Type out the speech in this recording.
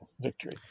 victory